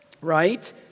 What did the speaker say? right